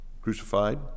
crucified